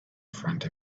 front